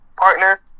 partner